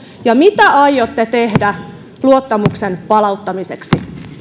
ja mitä aiotte tehdä luottamuksen palauttamiseksi